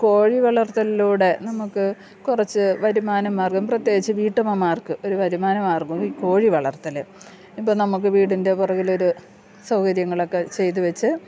കോഴി വളർത്തലിലൂടെ നമുക്ക് കുറച്ചു വരുമാനമാർഗ്ഗം പ്രത്യേകിച്ചു വീട്ടമ്മമാർക്ക് ഒരു വരുമാനമാർഗവും ഈ കോഴി വളർത്തൽ ഇപ്പം നമുക്ക് വീടിൻ്റെ പുറകിൽ ഒരു സൗകര്യങ്ങളൊക്കെ ചെയ്തു വച്ചു